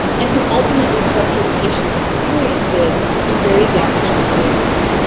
and can ultimately structure patient's experiences in very damaging ways.